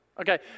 Okay